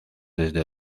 desde